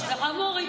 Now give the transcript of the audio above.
זה חמור.